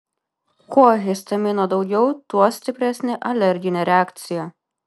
kuo histamino daugiau tuo stipresnė alerginė reakcija